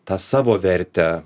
tą savo vertę